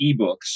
ebooks